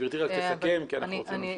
גברתי רק תסכם כי אנחנו רוצים להמשיך.